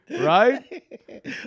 right